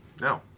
No